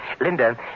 Linda